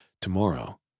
tomorrow